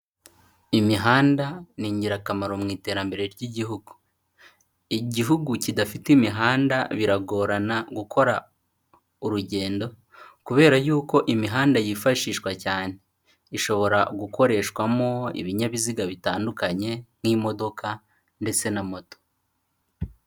Imihanda ni ingirakamaro mu iterambere ry'igihugu. Igihugu kidafite imihanda biragorana gukora urugendo kubera yuko imihanda yifashishwa cyane. Ishobora gukoreshwamo ibinyabiziga bitandukanye nk'imodoka ndetse na moto.